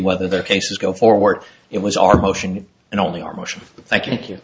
whether their cases go forward it was our motion and only our motion thank you